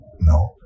No